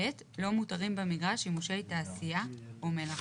(ב)לא מותרים במגרש שימושי תעשייה או מלאכה,